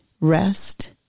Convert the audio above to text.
rest